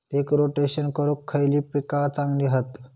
पीक rotation करूक खयली पीका चांगली हत?